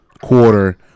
quarter